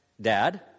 Dad